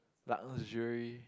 luxury